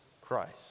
Christ